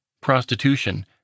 prostitution